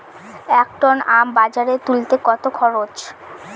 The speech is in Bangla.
এক টন আম বাজারে তুলতে কত খরচ?